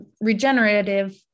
regenerative